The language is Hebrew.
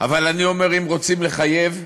אבל אני אומר: אם רוצים לחייב,